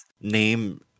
name